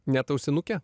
net ausinuke